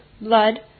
blood